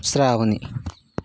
Shravani